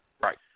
Right